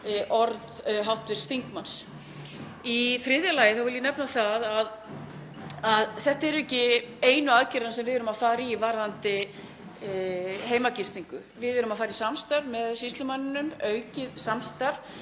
orð hv. þingmanns. Í þriðja lagi vil ég nefna það að þetta eru ekki einu aðgerðirnar sem við erum að fara í varðandi heimagistingu. Við erum að fara í aukið samstarf með sýslumanninum til að